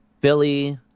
Billy